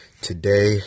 Today